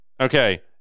Okay